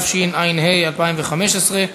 התשע"ה 2015,